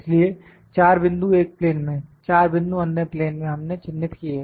इसलिए 4 बिंदु एक प्लेन में 4 बिंदु अन्य प्लेन में हमने चिन्हित किए